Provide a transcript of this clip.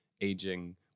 aging